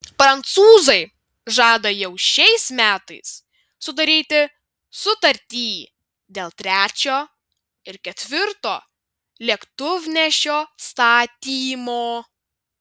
prancūzai žada jau šiais metais sudaryti sutartį dėl trečio ir ketvirto lėktuvnešio statymo